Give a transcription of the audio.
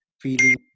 feeling